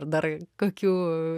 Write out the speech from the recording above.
dar kokių